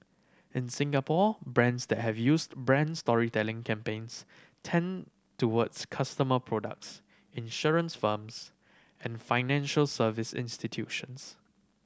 in Singapore brands that have used brands storytelling campaigns tend towards customer products insurance firms and financial service institutions